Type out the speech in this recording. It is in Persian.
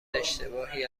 اشتباهی